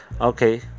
Okay